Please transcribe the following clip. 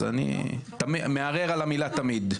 אז אני מערער על המילה "תמיד".